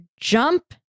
jump